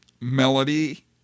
melody